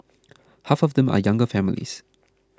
half of them are younger families